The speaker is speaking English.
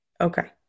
Okay